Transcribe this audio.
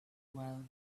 well